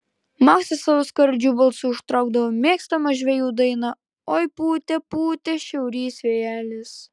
maksas savo skardžiu balsu užtraukdavo mėgstamą žvejų dainą oi pūtė pūtė šiaurys vėjelis